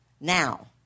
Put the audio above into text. now